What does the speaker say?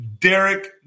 Derek